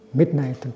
midnight